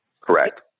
Correct